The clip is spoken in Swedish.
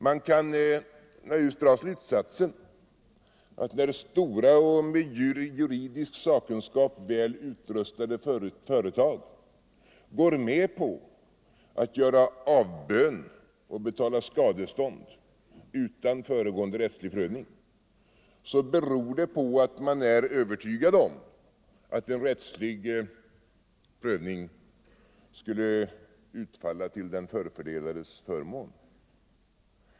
Man kan dra slutsatsen att när stora och med juridisk sakkunskap väl utrustade företag går med på att göra avbön och betala skadestånd utan föregående rättslig prövning, så beror det på att man är övertygad om att en rättslig prövning skulle utfalla till den förfördelades förmån.